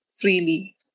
freely